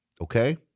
Okay